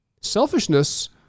Selfishness